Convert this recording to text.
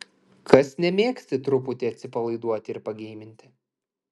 kas nemėgsti truputį atsipalaiduoti ir pageiminti